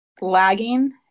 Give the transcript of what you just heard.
lagging